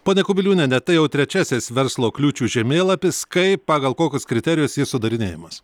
ponia kubiliūniene tai jau trečiasis verslo kliūčių žemėlapis kaip pagal kokius kriterijus jis sudarinėjamas